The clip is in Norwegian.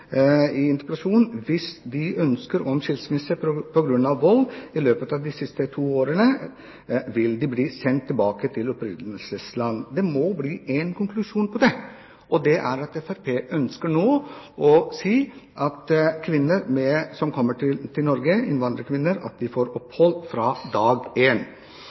i sin interpellasjon: «Hvis de søker om skilsmisse pga. vold i løpet av disse to årene, vil de bli sendt tilbake til opprinnelseslandet.» Konklusjonen på dette må bli at Fremskrittspartiet nå ønsker å si at innvandrerkvinner som kommer til Norge, får opphold fra dag én. Jeg har et konkret spørsmål, som